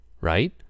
right